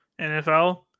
NFL